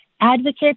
advocates